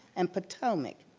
and patomac.